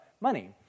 money